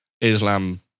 Islam